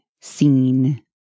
seen